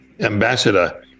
ambassador